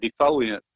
defoliant